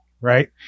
right